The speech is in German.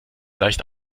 leicht